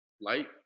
Light